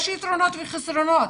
יש יתרונות וחסרונות,